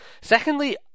secondly